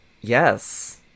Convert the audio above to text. Yes